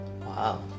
Wow